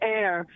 air